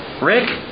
Rick